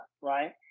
right